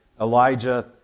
Elijah